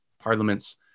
parliaments